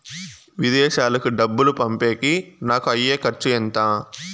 విదేశాలకు డబ్బులు పంపేకి నాకు అయ్యే ఖర్చు ఎంత?